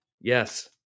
Yes